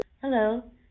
Hello